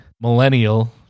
millennial